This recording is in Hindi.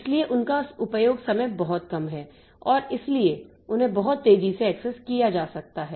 इसलिए उनका उपयोग समय बहुत कम है और इसलिए उन्हें बहुत तेजी से एक्सेस किया जा सकता है